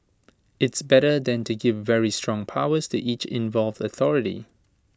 it's better than to give very strong powers to each involved authority